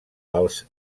els